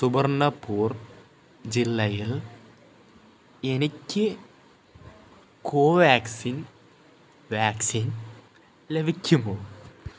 സുബർണാപൂർ ജില്ലയിൽ എനിക്ക് കോവാക്സിൻ വാക്സിൻ ലഭിക്കുമോ